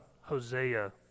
Hosea